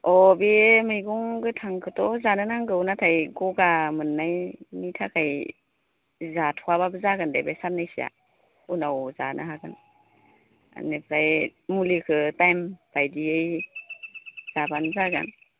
अह बे मैगं गोथांखौथ' जानो नांगौ नाथाय ग'गा मोन्नायनि थाखाय जाथ'आबाबो जागोन दे बे सान्नैसोआ उनाव जानो हागोन बेनिफ्राय मुलिखौ टाइम बायदियै जाबानो जागोन